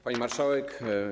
Pani Marszałek!